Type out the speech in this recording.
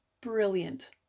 brilliant